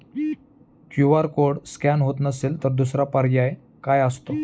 QR code scan होत नसेल तर दुसरा पर्याय काय असतो?